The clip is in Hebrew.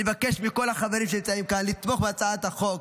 אני מבקש מכל החברים שנמצאים כאן לתמוך בהצעת החוק,